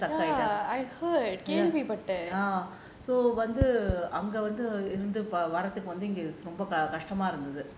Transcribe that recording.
struck ஆயிட்டாரு வந்து அங்க வந்து இருந்து வரதுக்கு ரொம்ப கஷ்டமா இருந்துது:ayitaaru vanthu anga vanthu irunthu varathuku romba kashtamaa irunthuthu